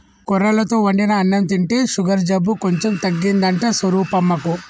కొర్రలతో వండిన అన్నం తింటే షుగరు జబ్బు కొంచెం తగ్గిందంట స్వరూపమ్మకు